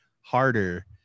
harder